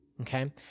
Okay